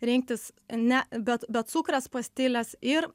rinktis ne bet becukres pastiles ir